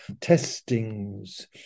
testings